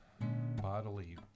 bodily